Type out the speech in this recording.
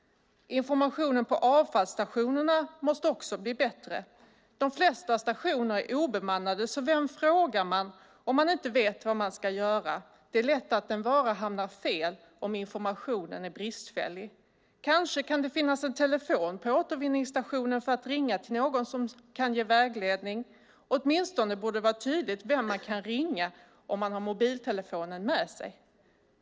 Informationen på avfallsstationerna måste också bli bättre. De flesta stationer är obemannade, så vem frågar man om man inte vet hur man ska göra? Det är lätt att en vara hamnar fel om informationen är bristfällig. Kanske kan det finnas en telefon på återvinningsstationen för att ringa till någon som kan ge vägledning? Åtminstone borde det vara tydligt vem man kan ringa om man har mobiltelefonen med sig.